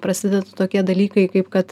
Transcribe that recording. prasideda tokie dalykai kaip kad